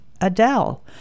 Adele